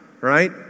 right